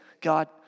God